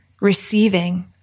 receiving